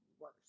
worse